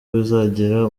bizagira